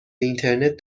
اینترنت